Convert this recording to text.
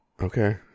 Okay